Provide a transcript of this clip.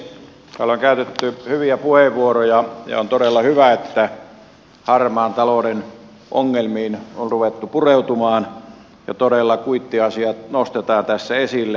täällä on käytetty hyviä puheenvuoroja ja on todella hyvä että harmaan talouden ongelmiin on ruvettu pureutumaan ja todella kuittiasiat nostetaan tässä esille